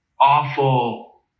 awful